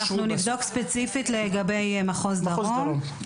אנחנו נבדוק ספציפית לגבי מחוז דרום.